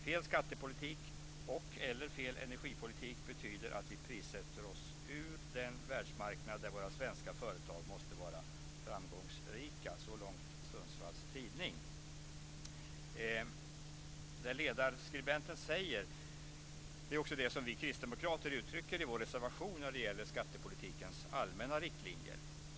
Fel skattepolitik - och/eller fel energipolitik - betyder att vi prissätter oss ur den världsmarknad där våra svenska företag måste vara framgångsrika." Så långt Sundsvalls Tidning. Det ledarskribenten säger är också det som vi kristdemokrater utrycker i vår reservation när det gäller skattepolitikens allmänna riktlinjer.